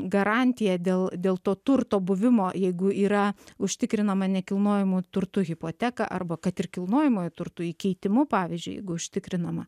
garantiją dėl dėl to turto buvimo jeigu yra užtikrinama nekilnojamu turtu hipoteka arba kad ir kilnojamuoju turtu įkeitimu pavyzdžiui jeigu užtikrinama